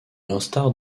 l’instar